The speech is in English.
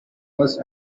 must